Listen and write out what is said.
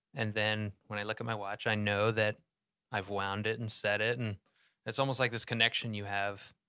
and then when i look at my watch i know that i've wound it and set it and it's almost like this connection you have.